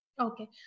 Okay